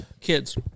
Kids